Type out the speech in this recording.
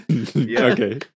Okay